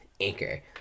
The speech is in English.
Anchor